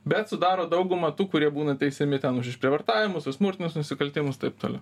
bet sudaro daugumą tų kurie būna teisiami ten už išprievartavimus už smurtinius nusikaltimus taip toliau